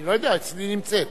אני לא יודע, אצלי היא נמצאת.